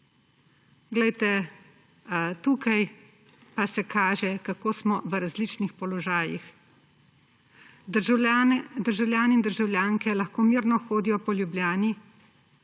Glejte, tukaj pa se kaže, kako smo v različnih položajih. Državljani in državljanke lahko mirno hodijo po Ljubljani,